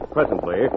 Presently